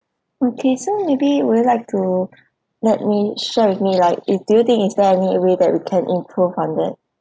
okay so maybe would you like to let me share with me like you do you think is there any way that we can improve on it